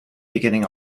beginning